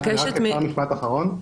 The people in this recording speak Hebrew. רק משפט אחרון.